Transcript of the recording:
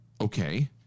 okay